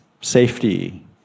safety